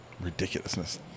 Ridiculousness